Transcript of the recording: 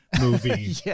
movie